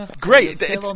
Great